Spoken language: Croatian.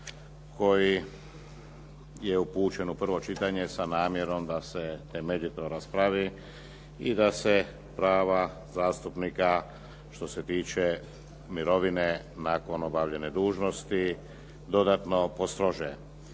koji je upućen u prvo čitanje sa namjerom da se temeljito raspravi i da se prava zastupnika, što se tiče mirovine nakon obavljene dužnosti dodatno poslože.